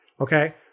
Okay